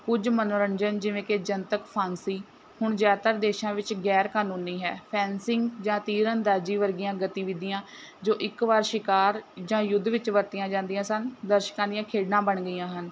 ਕੁਝ ਮਨੋਰੰਜਨ ਜਿਵੇਂ ਕਿ ਜਨਤਕ ਫਾਂਸੀ ਹੁਣ ਜ਼ਿਆਦਾਤਰ ਦੇਸ਼ਾਂ ਵਿੱਚ ਗੈਰ ਕਾਨੂੰਨੀ ਹੈ ਫੈਂਸਿੰਗ ਜਾਂ ਤੀਰਅੰਦਾਜ਼ੀ ਵਰਗੀਆਂ ਗਤੀਵਿਧੀਆਂ ਜੋ ਇੱਕ ਵਾਰ ਸ਼ਿਕਾਰ ਜਾਂ ਯੁੱਧ ਵਿੱਚ ਵਰਤੀਆਂ ਜਾਂਦੀਆਂ ਸਨ ਦਰਸ਼ਕਾਂ ਦੀਆਂ ਖੇਡਾਂ ਬਣ ਗਈਆਂ ਹਨ